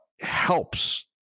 helps